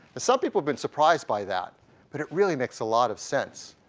and some people have been surprised by that but it really makes a lot of sense.